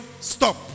stop